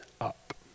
up